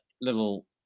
little